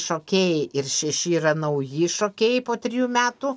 šokėjai ir šeši yra nauji šokėjai po trijų metų